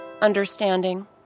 Understanding